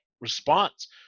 response